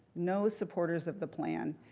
no supporters of the plan.